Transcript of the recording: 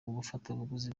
bafatabuguzi